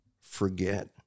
forget